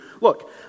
Look